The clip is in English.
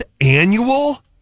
annual